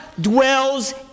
dwells